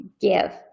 give